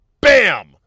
bam